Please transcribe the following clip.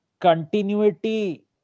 continuity